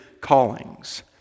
callings